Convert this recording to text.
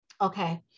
Okay